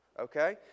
Okay